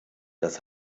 das